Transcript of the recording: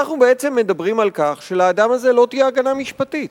אנחנו בעצם מדברים על כך שלאדם הזה לא תהיה הגנה משפטית.